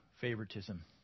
favoritism